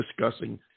discussing